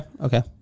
okay